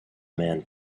man